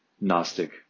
Gnostic